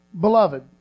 Beloved